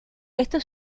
esto